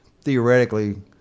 theoretically